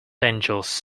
angels